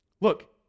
Look